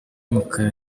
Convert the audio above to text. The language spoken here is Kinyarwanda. umukara